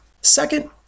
Second